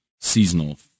seasonal